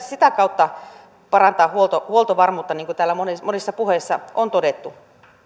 sitä kautta parantaa huoltovarmuutta niin kuin täällä monissa monissa puheissa on todettu